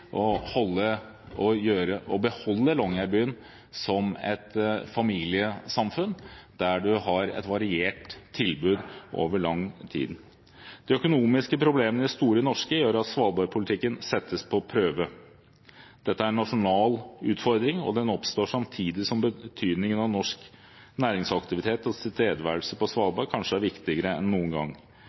å beholde Longyearbyen som et familiesamfunn der man har et variert tilbud over lang tid. De økonomiske problemene i Store Norske gjør at svalbardpolitikken settes på prøve. Dette er en nasjonal utfordring, og den oppstår samtidig som betydningen av norsk næringsaktivitet og tilstedeværelse på Svalbard kanskje er viktigere enn noen gang.